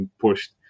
pushed